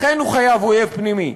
לכן הוא חייב אויב פנימי,